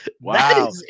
Wow